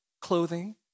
clothing